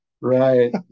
Right